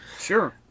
Sure